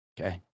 okay